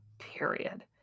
period